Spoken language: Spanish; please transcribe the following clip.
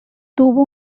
tuvo